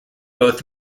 both